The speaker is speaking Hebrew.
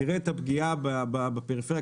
תראה את הפגיעה בפריפריה,